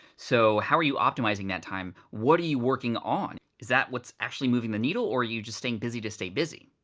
so how are you optimizing that time? what are you working on? is that what's actually moving the needle or you're just staying busy to stay busy?